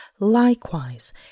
Likewise